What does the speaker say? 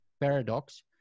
paradox